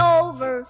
over